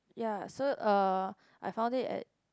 ya so uh I found it at